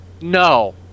No